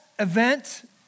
Event